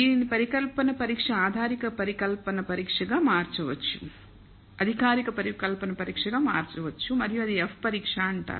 దీనిని పరికల్పన పరీక్ష అధికారిక పరికల్పన పరీక్షగా మార్చవచ్చు మరియు అది F పరీక్ష అంటారు